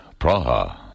Praha